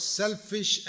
selfish